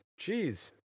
Jeez